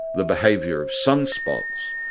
the behaviour of sunspots,